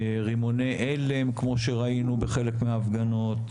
רימוני הלם כמו שראינו בחלק מההפגנות,